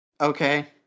okay